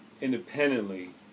independently